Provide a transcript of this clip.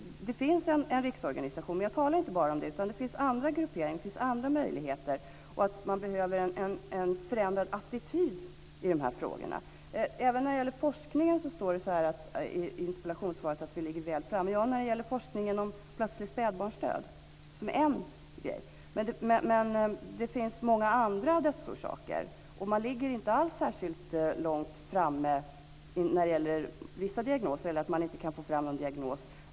Det finns en riksorganisation men också andra grupperingar och möjligheter, och det behövs en förändrad attityd i dessa frågor. Vad gäller forskningen står det i interpellationssvaret att vi ligger väl framme på området. Ja, det gäller beträffande forskningen om plötslig spädbarnsdöd, men det finns också många andra dödsorsaker. Man ligger när det gäller vissa diagnoser inte alls särskilt långt framme. Ibland kanske man inte kan få fram någon diagnos.